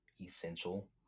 essential